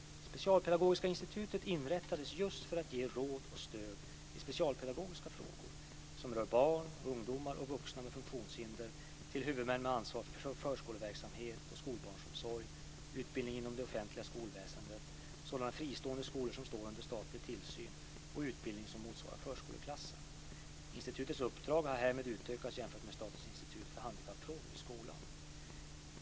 Specialpedagogiska institutet inrättades just för att ge råd och stöd i specialpedagogiska frågor som rör barn, ungdomar och vuxna med funktionshinder till huvudmän med ansvar för förskoleverksamhet och skolbarnsomsorg, utbildning inom det offentliga skolväsendet, sådana fristående skolor som står under statlig tillsyn och utbildning som motsvarar förskoleklassen. Institutets uppdrag har härmed utökats jämfört med det uppdrag som Statens institut för handikappfrågor i skolan hade.